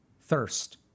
Thirst